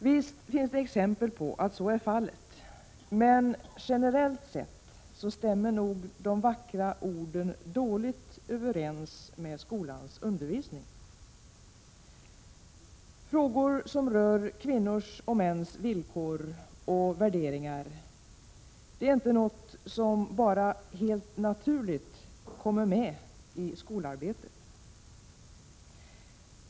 Visst finns det exempel på att så är fallet, men generellt sett stämmer nog de vackra orden dåligt överens med skolans undervisning. Frågor som rör kvinnors och mäns villkor och värderingar är inte något som bara helt naturligt kommer med i skolarbetet.